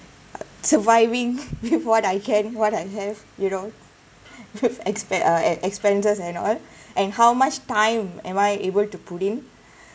surviving with what I can what I have you know with expen~ uh expenses and all and how much time am I able to put in